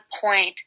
point